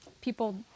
people